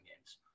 games